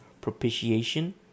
propitiation